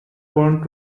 want